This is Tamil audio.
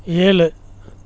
ஏழு